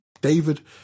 David